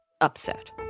upset